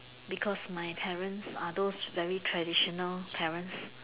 because my parents are those very traditional parents